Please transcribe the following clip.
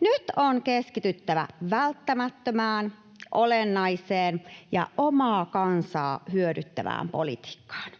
Nyt on keskityttävä välttämättömään, olennaiseen ja omaa kansaa hyödyttävään politiikkaamme